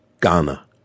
Ghana